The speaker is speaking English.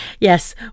Yes